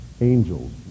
angels